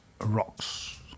rocks